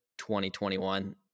2021